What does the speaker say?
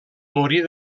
morir